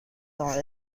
dans